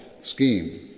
scheme